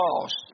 lost